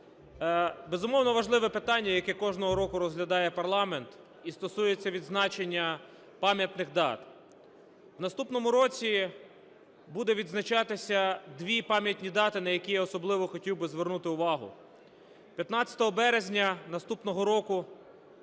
Безумовно, важливе питання, яке кожного року розглядає парламент і стосується відзначення пам'ятних дат. У наступному році буде відзначатися дві пам'ятні дати, на які особливо хотів би звернути увагу. 15 березня наступного року